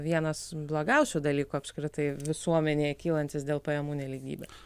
vienas blogiausių dalykų apskritai visuomenėje kylantis dėl pajamų nelygybės